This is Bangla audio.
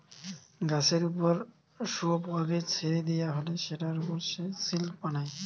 গাছের উপর শুয়োপোকাকে ছেড়ে দিয়া হলে সেটার উপর সে সিল্ক বানায়